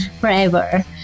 forever